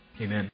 Amen